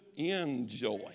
Enjoy